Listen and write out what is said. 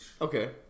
Okay